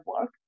work